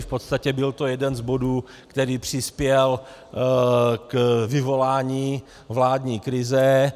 V podstatě byl to jeden z bodů, který přispěl k vyvolání vládní krize.